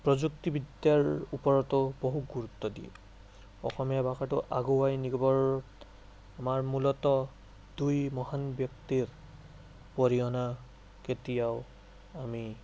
প্ৰযুক্তিবিদ্যাৰ ওপৰতো বহু গুৰুত্ৱ দিয়ে অসমীয়া ভাষাটো আগুৱাই নিবৰ আমাৰ মূলত দুই মহান ব্যক্তিৰ অৰিহণা কেতিয়াও আমি